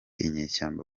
inyeshyamba